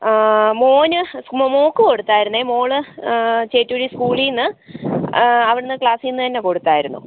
ആ മോന് മോ മോൾക്ക് കൊടുത്തായിരുന്നു മോൾ ചേറ്റൂർ സ്കൂളിന്ന് അവിടുന്ന് ക്ലാസിനുതന്നെ കൊടുത്തായിരുന്നു